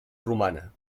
rumana